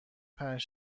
پنج